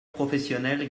professionnel